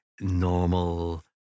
normal